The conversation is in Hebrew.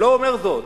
הוא לא אומר זאת.